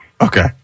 Okay